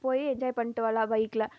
போய் என்ஜாய் பண்ணிவிட்டு வரலாம் பைக்கில்